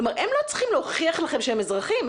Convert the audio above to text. הם לא צריכים להוכיח לכם שהם אזרחים.